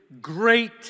great